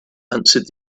answered